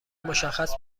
مشخص